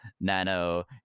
Nano